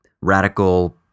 radical